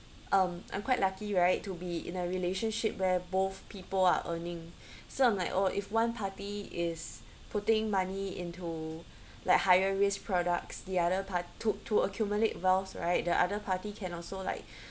um I'm quite lucky right to be in a relationship where both people are earning so I'm like oh if one party is putting money into like higher risk products the other par~ to to accumulate wealths right the other party can also like